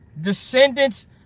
Descendants